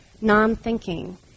non-thinking